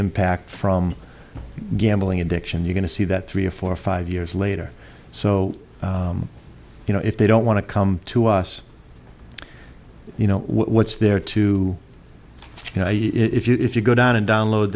impact from gambling addiction you're going to see that three or four or five years later so you know if they don't want to come to us you know what's there to you know if you go down and download